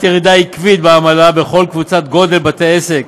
ירידה עקבית בעמלה בכל קבוצות גודל בתי העסק,